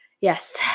yes